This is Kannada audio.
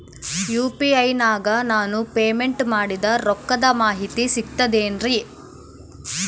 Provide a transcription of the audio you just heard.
ಯು.ಪಿ.ಐ ನಾಗ ನಾನು ಪೇಮೆಂಟ್ ಮಾಡಿದ ರೊಕ್ಕದ ಮಾಹಿತಿ ಸಿಕ್ತದೆ ಏನ್ರಿ?